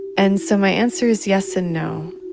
and so my answer is yes and no.